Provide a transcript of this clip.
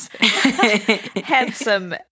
handsome